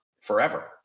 forever